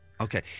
Okay